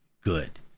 good